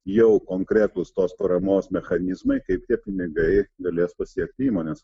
jau konkretūs tos paramos mechanizmai kaip tie pinigai galės pasiekti įmones